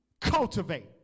cultivate